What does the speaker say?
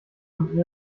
von